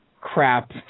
crap